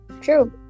True